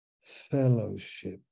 fellowship